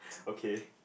okay